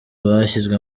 bashyizwe